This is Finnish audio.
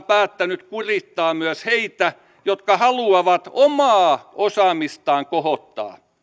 päättänyt kurittaa myös heitä jotka haluavat omaa osaamistaan kohottaa